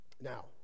Now